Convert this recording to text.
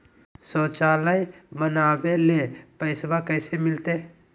शौचालय बनावे ले पैसबा कैसे मिलते?